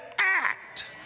act